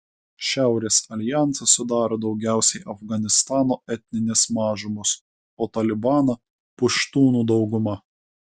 šiaurės aljansą sudaro daugiausiai afganistano etninės mažumos o talibaną puštūnų dauguma